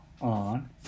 on